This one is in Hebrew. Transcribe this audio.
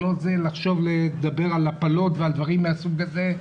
לחשוב לדבר על הפלות ועל דברים מסוג זה,